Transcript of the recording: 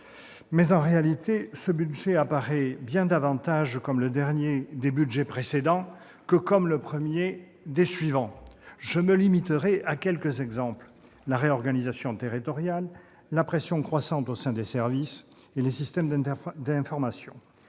Mais, en réalité, ce budget apparaît bien davantage comme le « dernier des budgets précédents » que comme le « premier des suivants ». Je me limiterai à évoquer, à titre d'illustrations, la réorganisation territoriale, la pression croissante au sein des services et les systèmes d'information.